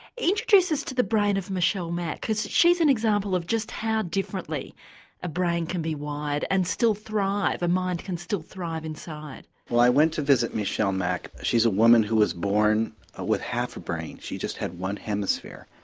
introduce us to the brain of michelle mak because she's an example of just how differently a brain can be wired and still thrive, the mind can still thrive inside. well i went to visit michelle mak, she's a woman who was born with half a brain, she just had one hemisphere.